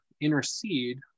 intercede